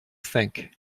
think